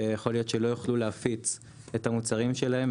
שיכול להיות שלא יוכלו להפיץ את המוצרים שלהם,